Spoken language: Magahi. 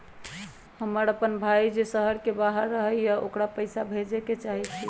हमर अपन भाई जे शहर के बाहर रहई अ ओकरा पइसा भेजे के चाहई छी